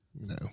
no